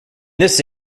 this